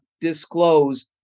disclose